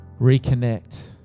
reconnect